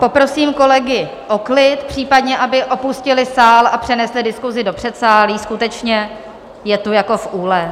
Poprosím kolegy o klid, případně aby opustili sál a přenesli diskusi do předsálí, skutečně je tu jako v úle.